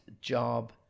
job